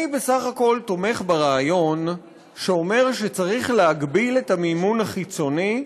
אני בסך הכול תומך ברעיון שאומר שצריך להגביל את המימון החיצוני,